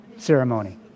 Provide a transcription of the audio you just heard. ceremony